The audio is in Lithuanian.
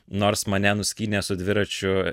nors mane nuskynė su dviračiu